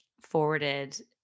forwarded